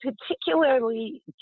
particularly